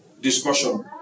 discussion